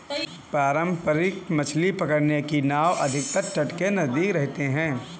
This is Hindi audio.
पारंपरिक मछली पकड़ने की नाव अधिकतर तट के नजदीक रहते हैं